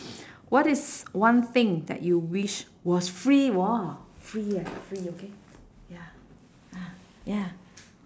what is one thing that you wish was free !war! free eh free okay ya ah ya